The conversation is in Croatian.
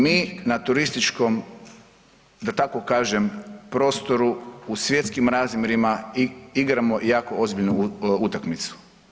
Mi na turističkom, da tako kažem, prostoru u svjetskim razmjerima igramo jako ozbiljnu utakmicu.